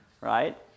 right